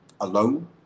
alone